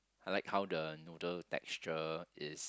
I like how the noodle texture is